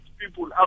people